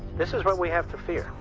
this is what we have to fear.